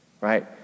right